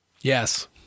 Yes